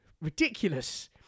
ridiculous